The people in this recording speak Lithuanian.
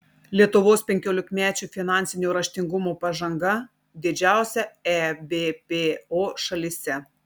lietuvos penkiolikmečių finansinio raštingumo pažanga didžiausia ebpo šalyse